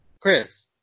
Chris